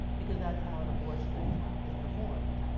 because that's how an abortion is is performed.